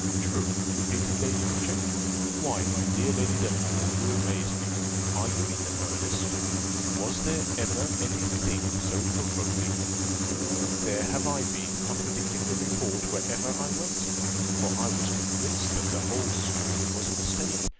true! repeated lady boucher why, my dear lady delacour, you amaze me are you in earnest was there ever any thing so provoking there have i been contradicting the report, wherever i went for i was convinced that the whole story was a mistake,